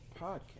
podcast